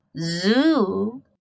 zoo